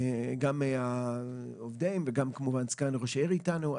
גם מהעובדים וגם מסגן ראש העיר שנמצא איתנו.